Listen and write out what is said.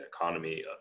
economy